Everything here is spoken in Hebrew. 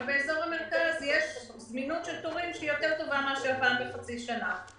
אבל באזור המרכז יש זמינות תורים שהיא יותר טובה מאשר פעם בחצי שנה.